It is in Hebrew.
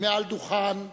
מעל הדוכן כפולמוסן,